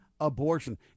Abortion